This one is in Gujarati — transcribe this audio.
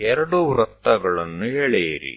વર્તુળો દોરવા પડશે